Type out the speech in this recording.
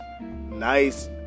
nice